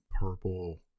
purple